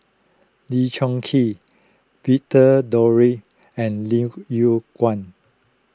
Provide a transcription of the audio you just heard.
Lee Choon Kee Victor and Lim Yew Kuan